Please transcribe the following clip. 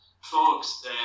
folks